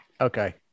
Okay